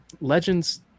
legends